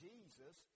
Jesus